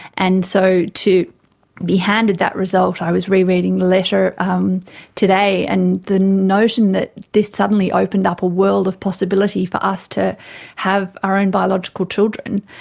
and so to be handed that result, i was re-reading the letter um today, and the notion that this suddenly opened up a world of possibility for us to have our own biological children,